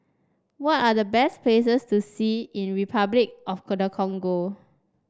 what are the best places to see in Repuclic of Congo